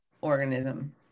organism